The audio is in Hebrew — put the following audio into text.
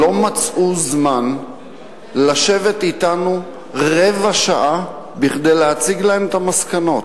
לא מצאו זמן לשבת אתנו רבע שעה כדי שנציג להם את המסקנות,